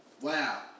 Wow